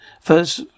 First